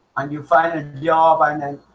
and you find a job, ah and then